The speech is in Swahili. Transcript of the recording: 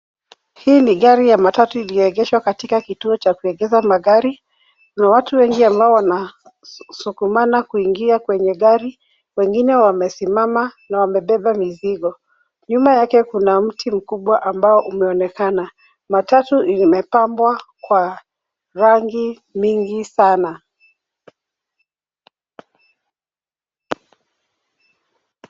Hii ni gari ya matatu iliyogeshwa katika kituo cha kuegesha magari, kuna watu wengi ambao wanasukumana kuingia kwenye gari, wengine wamesimama na wamebeba mizigo. Nyuma yake kuna mti mkubwa ambao umeonekana. Matatu imepambwa kwa rangi mingi sana.